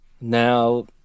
Now